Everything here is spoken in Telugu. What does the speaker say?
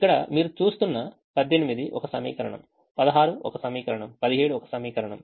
ఇక్కడ మీరు చూస్తున్న 18 ఒక సమీకరణం 16 ఒక సమీకరణం 17 ఒక సమీకరణం